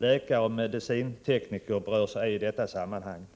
Läkare och medicintekniker berörs ej i detta sammanhang.